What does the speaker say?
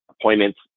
appointments